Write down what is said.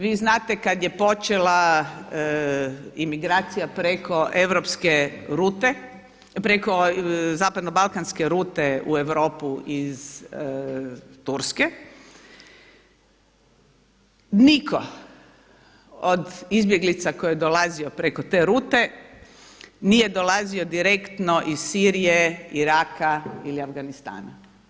Vi znate kad je počela imigracija preko europske rute, preko zapadnoeuropske rute u Europu iz Turske nitko od izbjeglica koji je dolazio preko te rute nije dolazio direktno iz Sirije, Iraka ili Afganistana.